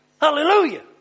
Hallelujah